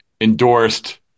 endorsed